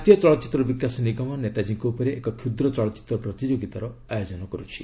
ଜାତୀୟ ଚଳଚ୍ଚିତ୍ର ବିକାଶ ନିଗମ' ନେତାଜୀଙ୍କ ଉପରେ ଏକ କ୍ଷୁଦ୍ର ଚଳଚ୍ଚିତ୍ର ପ୍ରତିଯୋଗିତାର ଆୟୋଜନ କରିଛି